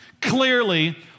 clearly